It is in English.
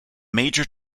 major